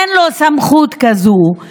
אין לו סמכות כזאת.